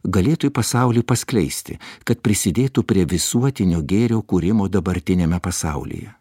galėtų į pasaulį paskleisti kad prisidėtų prie visuotinio gėrio kūrimo dabartiniame pasaulyje